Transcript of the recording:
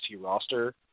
roster